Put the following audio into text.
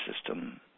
system